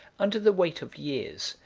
under the weight of years,